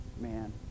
man